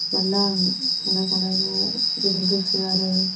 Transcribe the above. मानोना आं संनाय खावनायफोराव जोबोर गोसो आरो